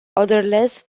odorless